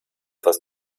dass